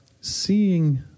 seeing